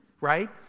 right